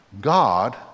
God